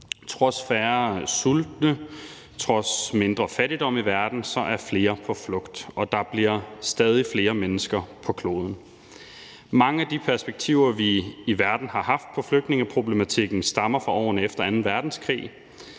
Trods færre sultende, trods mindre fattigdom i verden er flere på flugt, og der bliver stadig flere mennesker på kloden. Mange af de perspektiver, vi i verden har haft på flygtningeproblematikken, stammer fra årene efter anden verdenskrig,